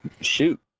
Shoot